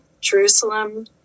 Jerusalem